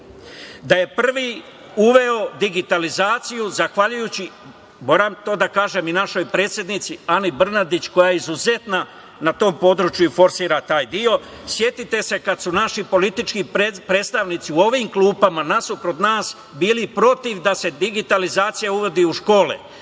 je uveo digitalizaciju, zahvaljujući, moram to da kažem, i našoj predsednici Ani Brnabić, koja je izuzetna na tom području i forsira taj deo. Setite se kad su naši politički predstavnici u ovim klupama nasuprot nas bili protiv da se digitalizacija uvodi u škole,